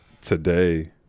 today –